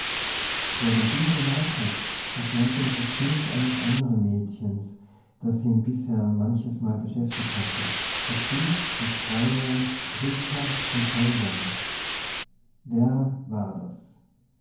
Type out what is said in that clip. vor dem bilde marthas verschwand ihm das bild eines anderen mädchens das ihn bisher manches mal beschäftigt hatte das bild des fräuleins rita von veldern wer war das